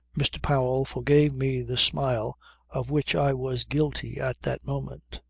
mr. powell forgave me the smile of which i was guilty at that moment.